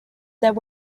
that